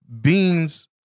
Beans